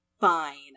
fine